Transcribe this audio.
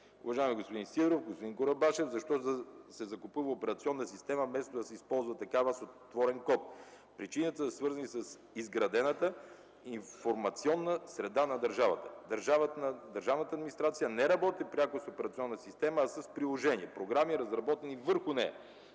Уважаеми господин Сидеров, господин Курумбашев – защо се закупува операционна система, вместо да се използва такава с отворен код? Причините са свързани с изградената информационна среда на държавата. Държавната администрация не работи пряко с операционна система, а с приложения – програми, разработени върху нея.